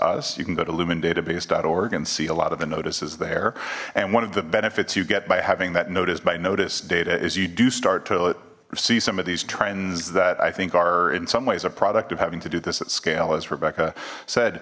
you can go to lumen database org and see a lot of the notices there and one of the benefits you get by having that notice by notice data is you do start to see some of these trends that i think are in some ways a product of having to do this at scale as rebecca said